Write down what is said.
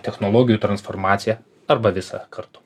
technologijų transformaciją arba visa kartu